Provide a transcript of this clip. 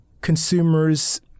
Consumers